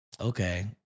Okay